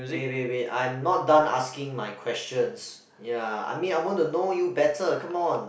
wait wait wait I'm not done asking my questions ya I mean I want to know you better come on